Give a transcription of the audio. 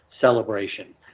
celebration